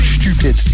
stupid